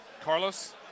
Carlos